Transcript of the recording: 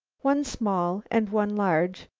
one small and one large,